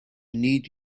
need